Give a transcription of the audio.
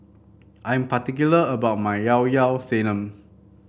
I am particular about my Llao Llao Sanum